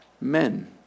men